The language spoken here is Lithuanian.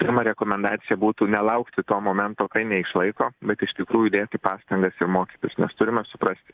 pirma rekomendacija būtų nelaukti to momento kai neišlaiko bet iš tikrųjų dėti pastangas ir mokytis nes turime suprasti